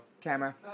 Camera